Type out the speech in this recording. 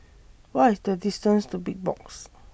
What IS The distance to Big Box